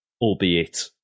albeit